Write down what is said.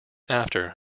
after